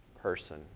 person